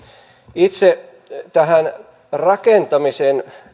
itse tähän rakentamisen